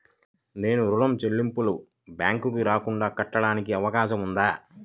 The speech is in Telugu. నేను ఋణం చెల్లింపులు బ్యాంకుకి రాకుండా కట్టడానికి అవకాశం ఉందా?